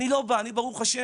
אני לא בא, אני ברוך ה'